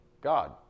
god